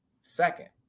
second